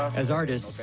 as artists,